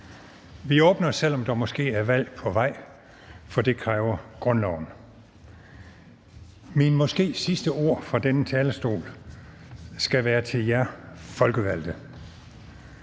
Vi åbner, selv om der måske er valg på vej, for det kræver grundloven. Mine måske sidste ord fra denne talerstol skal være til jer folkevalgte: